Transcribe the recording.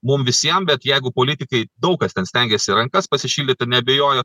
mum visiem bet jeigu politikai daug kas ten stengiasi rankas pasišildyt ir neabejoju